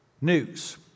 news